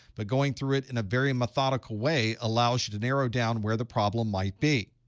but going through it in a very methodical way allows you to narrow down where the problem might be.